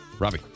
Robbie